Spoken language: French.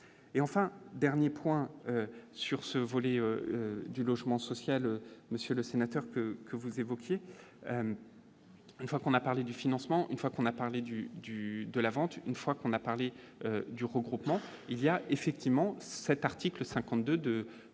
et enfin dernier point sur ce volet du logement social, monsieur le sénateur que que vous évoquiez une fois qu'on a parlé du financement, une fois qu'on a parlé du du de la vente, une fois qu'on a parlé du regroupement, il y a effectivement cet article 52 de